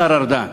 השר ארדן,